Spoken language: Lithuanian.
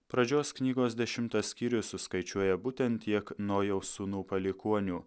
pradžios knygos dešimtas skyrius suskaičiuoja būtent tiek nojaus sūnų palikuonių